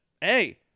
hey